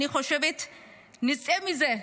אני חושבת שנצא מזה,